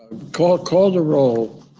call call the roll,